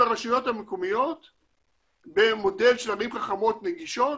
הרשויות המקומיות במודל של ערים חכמות נגישות,